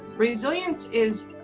resilience is